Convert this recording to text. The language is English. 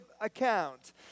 account